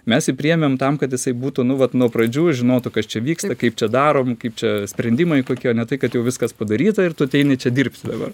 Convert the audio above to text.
mes jį priėmėm tam kad jisai būtų nu vat nuo pradžių žinotų kas čia vyksta kaip čia darom kaip čia sprendimai kokie ne tai kad jau viskas padaryta ir tu ateini čia dirbti dabar